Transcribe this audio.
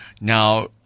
Now